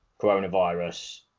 coronavirus